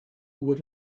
would